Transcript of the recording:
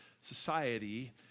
society